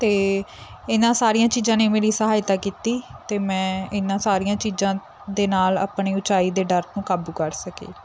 ਅਤੇ ਇਹਨਾਂ ਸਾਰੀਆਂ ਚੀਜ਼ਾਂ ਨੇ ਮੇਰੀ ਸਹਾਇਤਾ ਕੀਤੀ ਅਤੇ ਮੈਂ ਇਹਨਾਂ ਸਾਰੀਆਂ ਚੀਜ਼ਾਂ ਦੇ ਨਾਲ ਆਪਣੀ ਉੱਚਾਈ ਦੇ ਡਰ ਨੂੰ ਕਾਬੂ ਕਰ ਸਕੀ